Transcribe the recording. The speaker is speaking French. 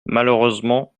malheureusement